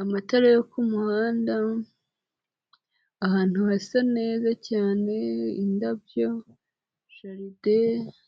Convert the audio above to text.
amatara yo ku muhanda, ahantu hasa neza cyane, indabyo, jaride,,,